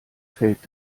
fällt